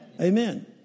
Amen